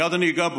מייד אני אגע בו,